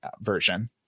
version